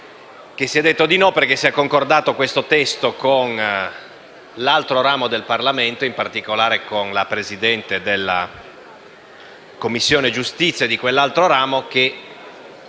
che si è detto di no perché si è concordato questo testo con l'altro ramo del Parlamento, e in particolare con la Presidente della Commissione giustizia che su di esso non ha